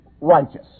righteous